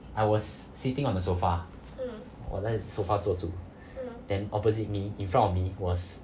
I was sitting on the sofa 我在 sofa 坐住 then opposite me in front of me was